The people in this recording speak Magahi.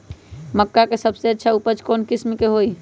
मक्का के सबसे अच्छा उपज कौन किस्म के होअ ह?